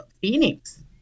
Phoenix